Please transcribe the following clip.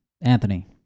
Anthony